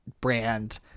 brand